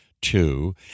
two